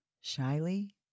Shyly